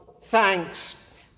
Thanks